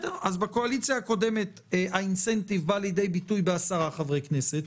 בקואליציה הקודמת התמריץ בא לידי ביטוי בעשרה חברי כנסת,